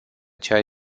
ceea